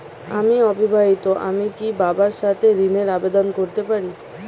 আমি অবিবাহিতা আমি কি বাবার সাথে ঋণের আবেদন করতে পারি?